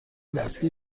دستگیر